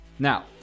Now